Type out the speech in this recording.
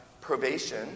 probation